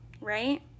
right